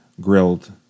grilled